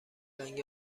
رنگ